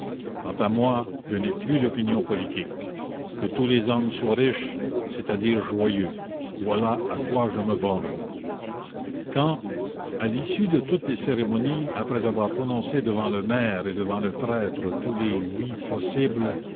quant à moi je n'ai plus d'opinion politique que tous les hommes soient riches c'est-à-dire joyeux voilà à quoi je me borne quand à l'issue de toutes les cérémonies après avoir prononcé devant le maire et devant le prêtre tous les oui possibles